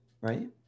right